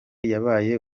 yabaye